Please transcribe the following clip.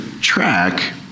track